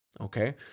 okay